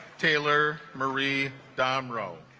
taylor murray dom row